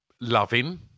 loving